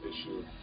issue